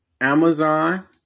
Amazon